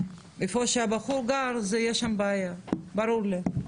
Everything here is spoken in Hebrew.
איפה שהבחור גר, שם יש בעיה, ברור לי.